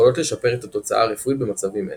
יכולות לשפר את התוצאה הרפואית במצבים אלו.